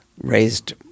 raised